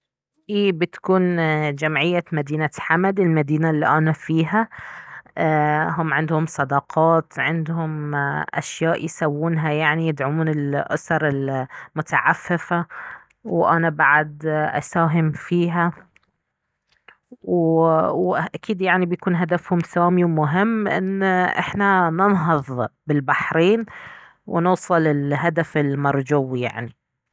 اي بتكون جمعية مدينة حمد المدينة الي انا فيها ايه هم عندهم صداقات عندهم اشياء يسوونها يعني يدعمون الأسر المتعففة وانا بعد اساهم فيها و واكيد يعني بيكون هدفهم سامي ومهم ان احنا ننهض بالبحرين ونوصل الهدف المرجو يعني